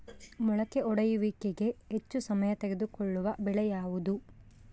ಮೊಳಕೆ ಒಡೆಯುವಿಕೆಗೆ ಹೆಚ್ಚು ಸಮಯ ತೆಗೆದುಕೊಳ್ಳುವ ಬೆಳೆ ಯಾವುದು?